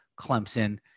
Clemson